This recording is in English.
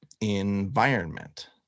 environment